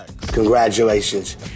Congratulations